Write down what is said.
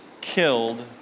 killed